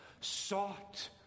sought